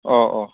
अ अ